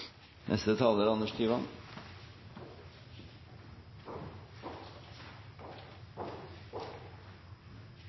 Neste taler er